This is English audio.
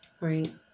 Right